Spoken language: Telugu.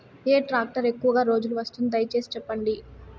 ఏ టాక్టర్ ఎక్కువగా రోజులు వస్తుంది, దయసేసి చెప్పండి?